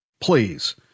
Please